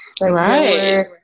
Right